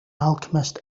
alchemist